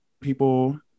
people